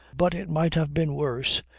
but it might have been worse.